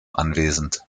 anwesend